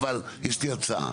אבל יש לי הצעה,